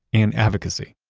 and advocacy.